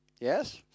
Yes